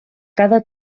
cada